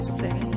say